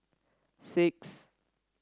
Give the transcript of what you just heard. six